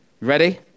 Ready